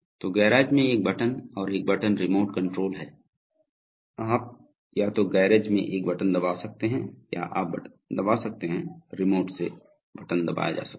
तो गैरेज में एक बटन और एक बटन रिमोट कंट्रोल है आप या तो गैरेज में एक बटन दबा सकते हैं या आप बटन दबा सकते हैं रिमोट से बटन दबाया जा सकता है